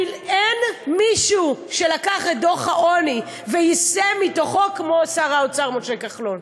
אין מישהו שלקח את דוח העוני ויישם מתוכו כמו שר האוצר משה כחלון.